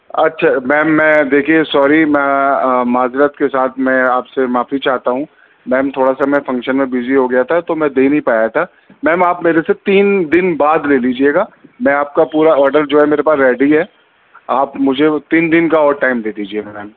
اچھا میم میں دیکھیے سوری میں معذرت کے ساتھ میں آپ سے معافی چاہتا ہوں میم تھوڑا سا میں فنکشن میں بزی ہو گیا تھا تو میں دے نہیں پایا تھا میم آپ میرے سے تین دن بعد لے لیجیے گا میں آپ کا پورا آڈر جو ہے میرے پاس ریڈی ہے آپ مجھے وہ تین دن کا اور ٹائم دے دیجیے میم